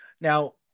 now